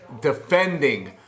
defending